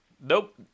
nope